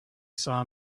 saw